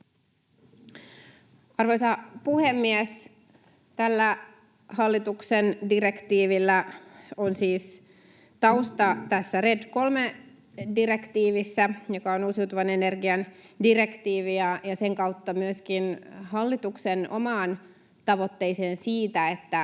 Arvoisa puhemies! Tällä hallituksen direktiivillä on siis tausta tässä RED III ‑direktiivissä, joka on uusiutuvan energian direktiivi, ja sen kautta myöskin hallituksen omassa tavoitteessa siitä, että